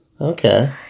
okay